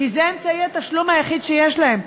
כי זה אמצעי התשלום היחיד שיש להם,